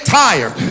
tired